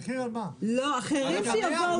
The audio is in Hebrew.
אז זה מה שאני שואל,